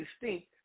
distinct